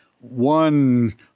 One